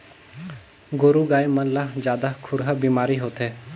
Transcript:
गोरु गाय मन ला जादा खुरहा बेमारी होथे